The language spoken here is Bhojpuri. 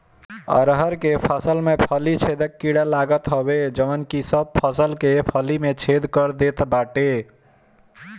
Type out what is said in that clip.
अरहर के फसल में फली छेदक कीड़ा लागत हवे जवन की सब फसल के फली में छेद कर देत बाटे